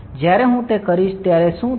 જ્યારે હું તે કરીશ ત્યારે શું થશે